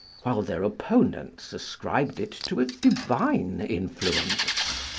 while their opponents ascribed it to a divine influence.